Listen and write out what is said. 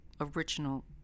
original